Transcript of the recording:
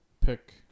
pick